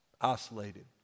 Isolated